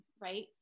right